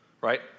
right